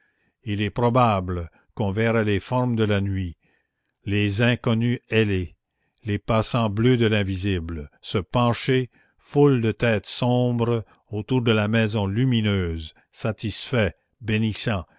il est probable qu'on verrait les formes de la nuit les inconnus ailés les passants bleus de l'invisible se pencher foule de têtes sombres autour de la maison lumineuse satisfaits bénissants